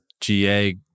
GA